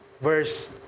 verse